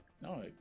No